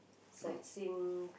sightseeing